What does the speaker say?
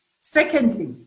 Secondly